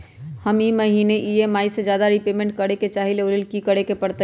हम ई महिना में ई.एम.आई से ज्यादा रीपेमेंट करे के चाहईले ओ लेल की करे के परतई?